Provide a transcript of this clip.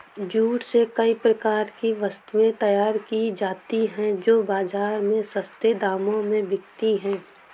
jute से कई प्रकार की वस्तुएं तैयार की जाती हैं जो बाजार में सस्ते दामों में बिकती है